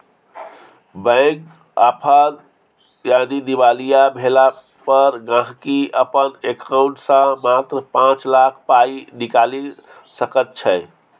bank आफद यानी दिवालिया भेला पर गांहिकी अपन एकांउंट सँ मात्र पाँच लाख पाइ निकालि सकैत छै